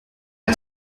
est